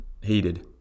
heated